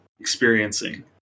experiencing